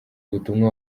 ubutumwa